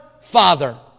father